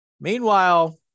Meanwhile